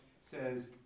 says